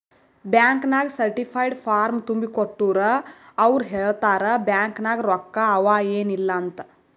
bank ನಾಗ್ certified form ತುಂಬಿ ಕೊಟ್ಟೂರ್ ಅವ್ರ ಹೇಳ್ತಾರ್ ಬ್ಯಾಂಕ್ ನಾಗ್ ರೊಕ್ಕಾ ಅವಾ ಏನ್ ಇಲ್ಲ ಅಂತ್